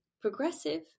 progressive